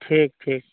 ठीक ठीक